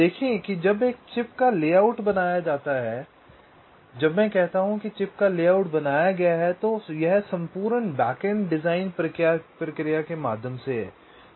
देखें जब एक चिप का लेआउट बनाया जाता है इसलिए जब मैं कहता हूं कि चिप का लेआउट बनाया गया है तो यह संपूर्ण बैक एंड डिज़ाइन प्रक्रिया के माध्यम से है